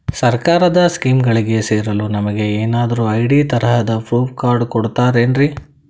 ಸರ್ಕಾರದ ಸ್ಕೀಮ್ಗಳಿಗೆ ಸೇರಲು ನಮಗೆ ಏನಾದ್ರು ಐ.ಡಿ ತರಹದ ಪ್ರೂಫ್ ಕಾರ್ಡ್ ಕೊಡುತ್ತಾರೆನ್ರಿ?